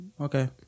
Okay